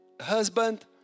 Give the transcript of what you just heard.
husband